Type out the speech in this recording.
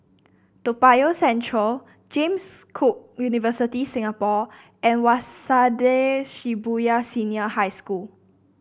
Toa Payoh Central James Cook University Singapore and Waseda Shibuya Senior High School